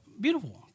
Beautiful